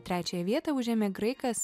trečiąją vietą užėmė graikas